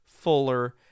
fuller